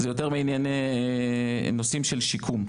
זה יותר מעניינים של שיקום,